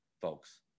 folks